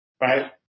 right